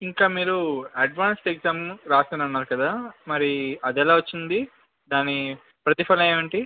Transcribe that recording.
ఇంకా మీరు advance exam రాసాను అన్నారు కదా మరి అది ఎలా వచ్చింది దాని ప్రతిఫలం ఏమిటి